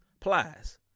Plies